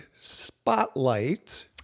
spotlight